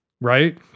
right